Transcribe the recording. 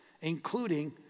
including